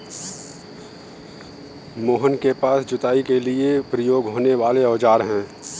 मोहन के पास जुताई के लिए प्रयोग होने वाले औज़ार है